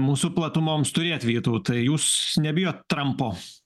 mūsų platumoms turėt vytautai jūs nebijot trampo